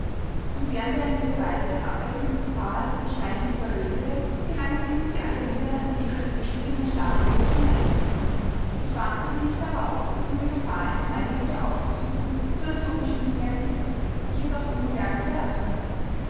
und während er in dieser weise abwechselnd befahl und schmeichelnd überredete gelang es ihm sie alle wieder in ihre verschiedenen schlafgemächer hineinzubringen ich wartete nicht darauf daß er mir befahl das meinige wieder aufzusuchen sondern zog mich unbemerkt zurück wie ich es auch unbemerkt verlassen hatte